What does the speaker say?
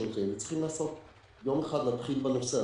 צריך להתחיל עם הנושא הזה,